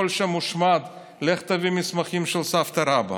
הכול שם הושמד, לך תביא מסמכים של סבתא רבתא.